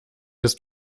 ist